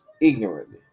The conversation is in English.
ignorantly